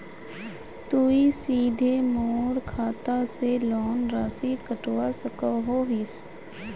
तुई सीधे मोर खाता से लोन राशि कटवा सकोहो हिस?